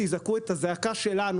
תזעקו את הזעקה שלנו,